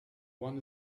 one